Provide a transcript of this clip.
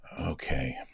Okay